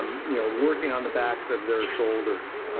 you know working on the backs of their shoulders.